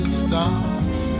stars